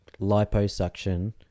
liposuction